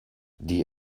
die